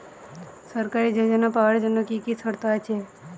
সরকারী যোজনা পাওয়ার জন্য কি কি শর্ত আছে?